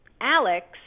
Alex